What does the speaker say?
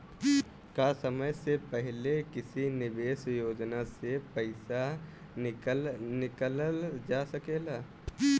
का समय से पहले किसी निवेश योजना से र्पइसा निकालल जा सकेला?